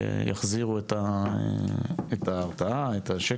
ושיחזירו את ההרתעה, את השקט,